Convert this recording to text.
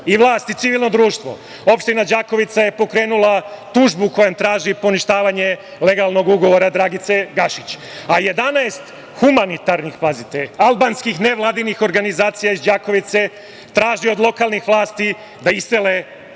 i vlast i civilno društvo? Opština Đakovica je pokrenula tužbu kojom traži poništavanje legalnog ugovora Dragice Gašić, a 11 humanitarnih, pazite, albanskih nevladinih organizacija iz Đakovice traži od lokalnih vlasti da isele